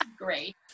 great